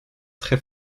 très